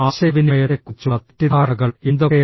ആശയവിനിമയത്തെക്കുറിച്ചുള്ള തെറ്റിദ്ധാരണകൾ എന്തൊക്കെയാണ്